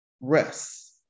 Rest